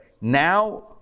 Now